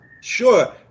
Sure